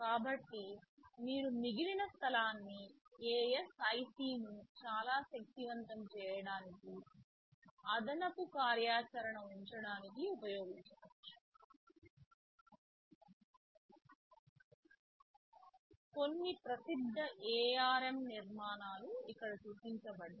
కాబట్టి మీరు మిగిలిన స్థలాన్ని ASIC ను చాలా శక్తివంతం చేయడానికి అదనపు కార్యాచరణ ఉంచడానికి ఉపయోగించవచ్చు కొన్ని ప్రసిద్ధ ARM నిర్మాణాలు ఇక్కడ చూపించబడ్డాయి